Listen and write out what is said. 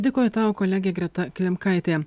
dėkoju tau kolegė greta klimkaitė